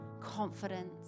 confidence